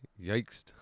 yikes